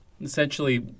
Essentially